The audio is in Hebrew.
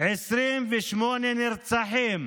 28 נרצחים,